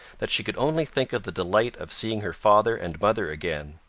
that she could only think of the delight of seeing her father and mother again.